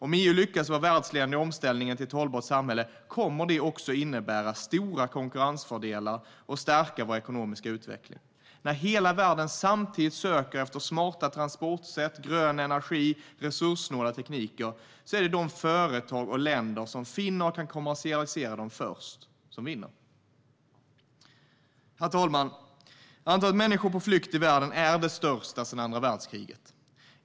Om EU lyckas vara världsledande i omställningen till ett hållbart samhälle kommer det också att innebära stora konkurrensfördelar och stärka vår ekonomiska utveckling. Herr talman! Antalet människor på flykt i världen är det största sedan andra världskriget.